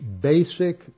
basic